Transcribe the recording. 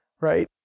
right